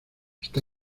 está